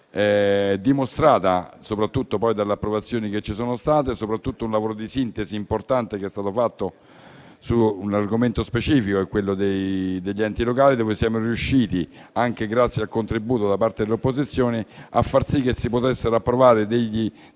dimostrata soprattutto dalle approvazioni che ci sono state e soprattutto un lavoro di sintesi importante che è stato fatto su un argomento specifico, quello degli enti locali, dove siamo riusciti, anche grazie al contributo da parte delle opposizioni, a far sì che si potessero approvare degli